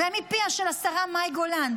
זה מפיה של השרה מאי גולן.